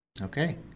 Okay